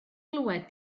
glywed